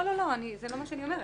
לא, זה לא מה שאני אומרת.